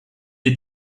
est